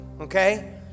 okay